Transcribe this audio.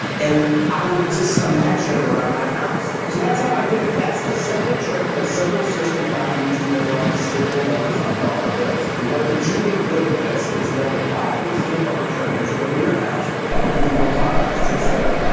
and i would just imagine it around my house. so that's how i did it. that's the simple trick and the simple system that i used to memorize serial numbers on dollar bills. the way that you get good at this is number five pieces of furniture in each room of your house one, two, three, four, five, six, seven, eight, nine,